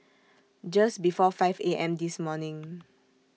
Just before five A M This morning